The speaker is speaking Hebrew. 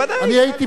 אני הייתי פה,